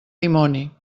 dimoni